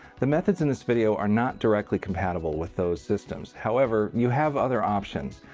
the methods in this video are not directly compatible with those systems, however you have other options.